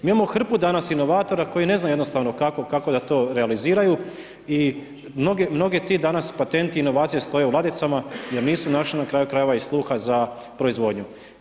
Mi imamo hrpu danas inovatora koji ne znaju jednostavno kako da to realiziraju i mnogi ti danas patenti, inovacije stoje u ladicama jer nisu našli na kraju krajeva i sluha za proizvodnju.